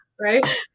right